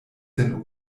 sen